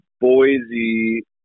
Boise